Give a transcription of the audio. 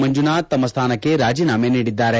ಮಂಜುನಾಥ್ ತಮ್ಮ ಸ್ವಾನಕ್ಕೆ ರಾಜೀನಾಮೆ ನೀಡಿದ್ದಾರೆ